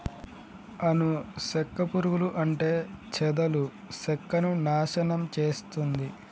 అను సెక్క పురుగులు అంటే చెదలు సెక్కను నాశనం చేస్తుంది